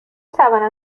توانم